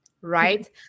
right